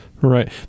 Right